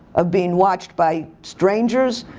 of being watched by strangers,